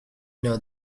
know